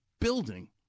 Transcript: building